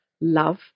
love